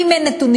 ואם אין נתונים,